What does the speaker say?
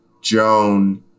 Joan